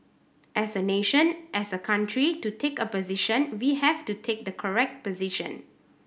as a nation as a country to take a position we have to take the correct position